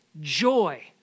joy